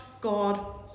God